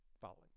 following